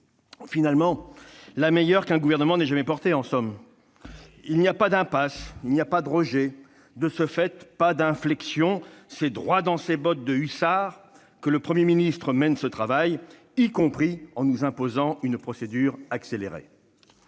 En somme, la meilleure réforme qu'un gouvernement n'ait jamais portée ! Il n'y aurait pas d'impasse, pas de rejet et, de ce fait, pas d'inflexion non plus. C'est droit dans ses bottes de hussard que le Premier ministre mène ce travail, y compris en nous imposant une procédure accélérée.